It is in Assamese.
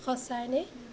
সঁচাইনে